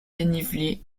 dénivelé